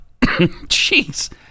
Jeez